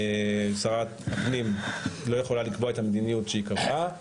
שרת הפנים לא יכולה לקבוע את המדיניות שהיא קבעה,